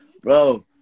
Bro